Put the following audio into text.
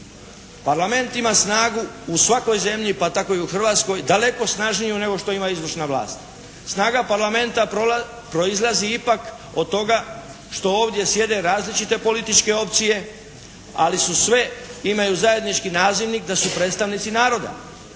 Parlament ima snagu u svakoj zemlji pa tako i u Hrvatskoj daleko snažniju nego što ima izvršna vlast. Snaga Parlamenta proizlazi ipak od toga što ovdje sjede različite političke opcije, ali su sve imaju zajednički nazivnik da su predstavnici naroda.